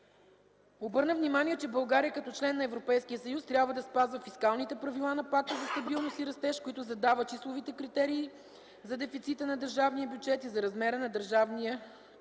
Обърна внимание, че България като член на Европейския съюз трябва да спазва фискалните правила на Пакта за стабилност и растеж, които задават числовите критерии за дефицита на държавния бюджет и за размера на държавния